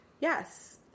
yes